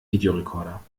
videorekorder